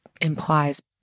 implies